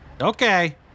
Okay